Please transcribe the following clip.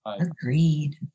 Agreed